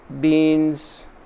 beans